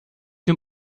dem